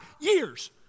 years